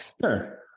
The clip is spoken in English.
Sure